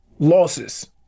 losses